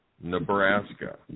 Nebraska